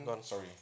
Sorry